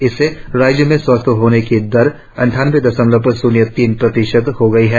इससे राज्य में स्वस्थ होने की दर अट्ठानबे दशमलव शून्य तीन प्रतिशत हो गई है